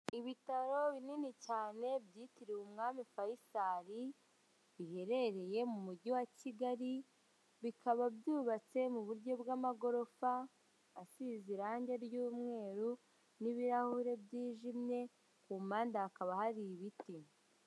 Ibitaro binini cyane byitiriwe umwami fayisari biherereye mu mujyi wa Kigali, bikaba byubatse mu buryo bw'amagorofa asize irange ry'umweru n'ibirahure byijimye ku mpande hakaba hari ibiti.